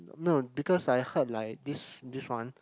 no because I head like this this one